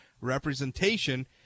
representation